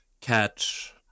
Catch